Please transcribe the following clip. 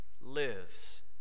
lives